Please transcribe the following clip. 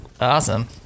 Awesome